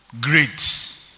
Great